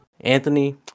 Anthony